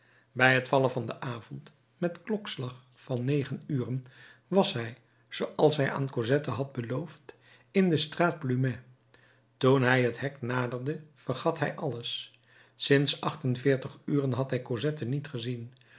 bij het vallen van den avond met klokslag van negen uren was hij zooals hij aan cosette had beloofd in de straat plumet toen hij het hek naderde vergat hij alles sinds acht-en-veertig uren had hij cosette niet gezien